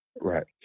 right